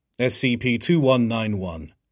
SCP-2191